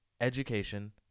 Education